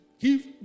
Give